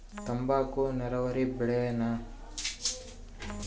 ತಂಬಾಕು ನೇರಾವರಿ ಬೆಳೆನಾ?